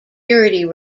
purity